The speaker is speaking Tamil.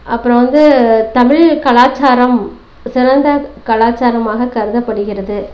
அப்புறம் வந்து தமிழ் கலாச்சாரம் சிறந்த கலாச்சாரமாக கருதப்படுகிறது